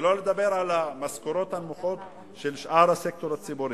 שלא לדבר על המשכורות הנמוכות של שאר הסקטור הציבורי.